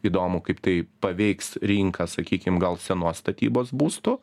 įdomu kaip tai paveiks rinką sakykim gal senos statybos būstų